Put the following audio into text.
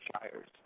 Shires